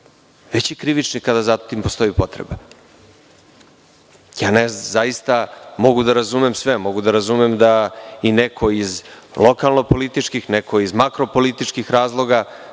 već i krivični kada za tim postoji potreba. Zaista mogu da razumem sve, mogu da razumem da i neko iz lokalno-političkih, neko iz makro-političkih razloga